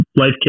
life